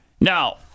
Now